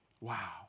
Wow